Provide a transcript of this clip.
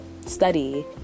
study